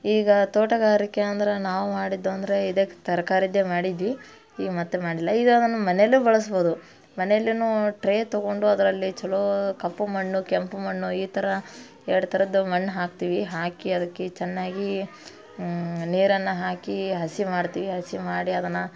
ಈಗ ತೋಟಗಾರಿಕೆ ಅಂದ್ರೆ ನಾವು ಮಾಡಿದ್ದು ಅಂದ್ರೆ ಇದೇ ತರಕಾರಿದ್ದೆ ಮಾಡಿದ್ವಿ ಈಗ ಮತ್ತೆ ಮಾಡಲ್ಲ ಈಗ ಅದನ್ನು ಮನೇಲ್ಲೇ ಬಳಸ್ಬೋದು ಮನೆಲೂ ಟ್ರೇ ತಗೊಂಡು ಅದರಲ್ಲಿ ಚಲೋ ಕಪ್ಪು ಮಣ್ಣು ಕೆಂಪು ಮಣ್ಣು ಈ ಥರ ಎರಡು ಥರದ್ದು ಮಣ್ಣು ಹಾಕ್ತೀವಿ ಹಾಕಿ ಅದಕ್ಕೆ ಚೆನ್ನಾಗಿ ನೀರನ್ನು ಹಾಕಿ ಹಸಿ ಮಾಡ್ತೀವಿ ಹಸಿ ಮಾಡಿ ಅದನ್ನು